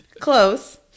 Close